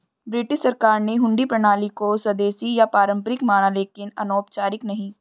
British सरकार ने हुंडी प्रणाली को स्वदेशी या पारंपरिक माना लेकिन अनौपचारिक नहीं